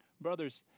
Brothers